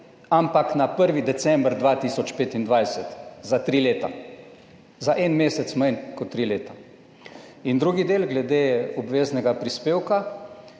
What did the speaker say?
ampak na 1. december 2025, za tri leta. Za en mesec manj kot tri leta. In drugi del glede obveznega prispevka.